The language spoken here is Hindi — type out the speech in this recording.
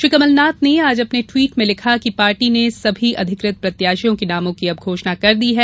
श्री कमलनाथ ने आज अपने द्वीट में लिखा कि पार्टी ने सभी अधिकृत प्रत्याशियों के नामों की घोषणा कर दी है